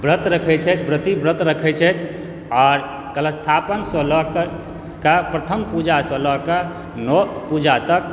व्रत राखै छै व्रती व्रत रखै छै आर कलश स्थापन सॅं लऽ कऽ प्रथम पूजा सॅं लए कऽ नओ पूजा तक